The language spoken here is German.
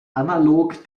analog